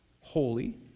holy